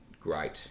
great